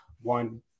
one